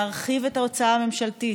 להרחיב את ההוצאה הממשלתית,